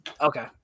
Okay